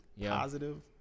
positive